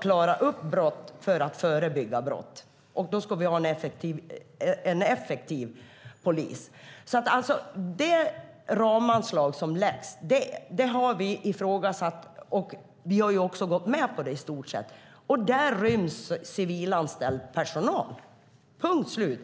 klara upp brott och för att förebygga brott. Vi ska ha en effektiv polis. Det ramanslag som läggs fast har vi ifrågasatt, men vi har ju gått med på det i stort sett. Där ryms civilanställd personal, punkt slut.